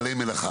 בעלי מלאכה